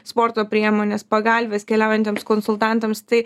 sporto priemonės pagalvės keliaujantiems konsultantams tai